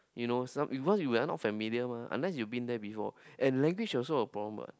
you know some cause we are not familiar mah unless you've been there before and language is also a problem what